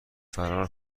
فرار